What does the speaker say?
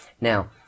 Now